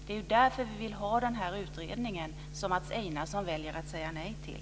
Det är därför vi vill ha den utredning som Mats Einarsson väljer att säga nej till.